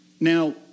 Now